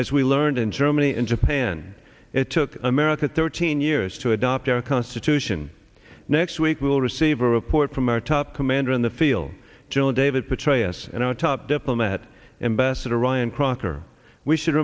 as we learned in so many in japan it took america thirteen years to adopt our constitution next week will receive a report from our top commander in the field general david petraeus and our top diplomat embassador ryan crocker we should